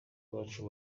wacu